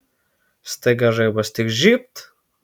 staiga žaibas tik žybt